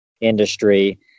industry